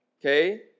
Okay